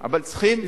אבל צריכים,